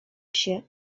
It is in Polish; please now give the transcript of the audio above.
się